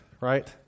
right